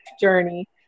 journey